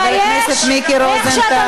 חבר הכנסת מיקי רוזנטל,